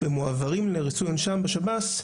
ומועברים לריצוי עונשם בשב"ס,